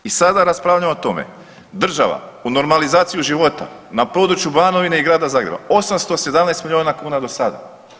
I sada raspravljamo o tome, država u normalizaciju života na području Banovine i grada Zagreba 817 milijuna kuna do sada.